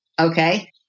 Okay